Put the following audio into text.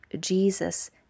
Jesus